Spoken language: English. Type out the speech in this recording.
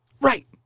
Right